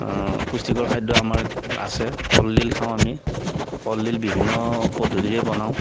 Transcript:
পুষ্টিকৰ খাদ্য আমাৰ আছে কলডিল খাওঁ আমি কলডিল বিভিন্ন পদ্ধতিৰে বনাওঁ